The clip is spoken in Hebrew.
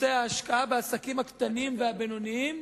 נושא ההשקעה בעסקים הקטנים והבינוניים